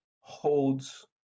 holds